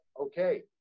okay